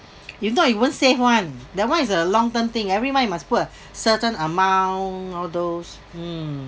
if not you won't save [one] that one is a long term thing every month you must put a certain amount or those mm